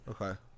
Okay